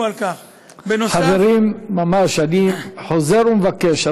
עשו שנה נוספת בהסכמה,